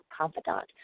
confidant